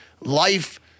life